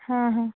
हा हा